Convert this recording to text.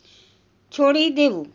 છોડી દેવું